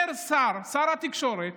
אומר שר התקשורת